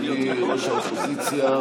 אדוני ראש האופוזיציה,